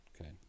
Okay